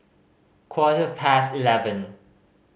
quarter past eleven